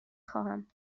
خواهم